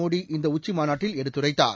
மோடி இந்த உச்சிமாநாட்டில் எடுத்துரைத்தார்